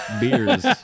Beers